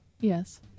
Yes